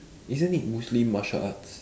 isn't it muslim martial arts